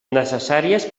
necessàries